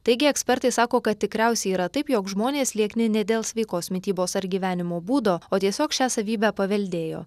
taigi ekspertai sako kad tikriausiai yra taip jog žmonės liekni ne dėl sveikos mitybos ar gyvenimo būdo o tiesiog šią savybę paveldėjo